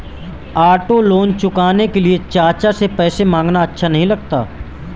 auto loan चुकाने के लिए चाचा से पैसे मांगना अच्छा नही लगता